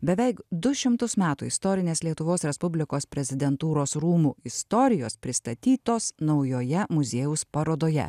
beveik du šimtus metų istorinės lietuvos respublikos prezidentūros rūmų istorijos pristatytos naujoje muziejaus parodoje